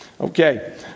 Okay